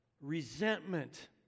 resentment